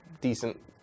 decent